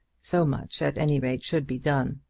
so much at any rate should be done.